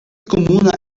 komuna